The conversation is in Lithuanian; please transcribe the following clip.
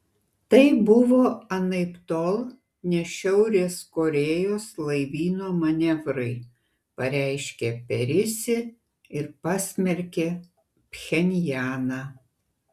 tai buvo anaiptol ne šiaurės korėjos laivyno manevrai pareiškė perisi ir pasmerkė pchenjaną